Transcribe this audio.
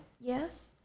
Yes